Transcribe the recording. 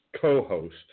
co-host